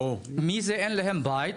מי שאין לו בית,